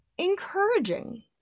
encouraging